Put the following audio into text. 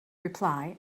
reply